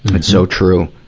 but so true.